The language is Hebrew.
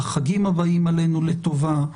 בחגים הבאים עלינו לטובה,